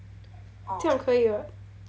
这样可以 what